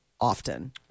often